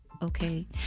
okay